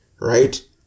right